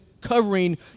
covering